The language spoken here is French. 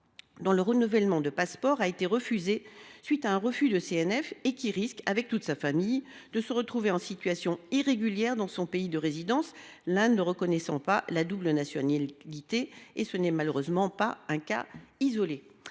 dont le renouvellement du passeport a été refusé en raison d’un refus de CNF et qui risque, avec toute sa famille, de se retrouver en situation irrégulière dans son pays de résidence, l’Inde ne reconnaissant pas la double nationalité. Ce n’est malheureusement pas un cas isolé.